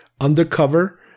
undercover